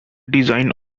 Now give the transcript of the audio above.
design